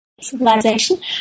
civilization